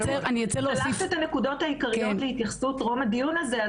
שלחת את הנקודות העיקריות להתייחסות טרום הדיון הזה,